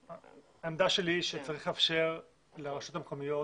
העמדה שלי היא שצריך לאפשר לרשויות המקומיות